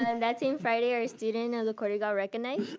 and that same friday, our student of the quarter got recognized.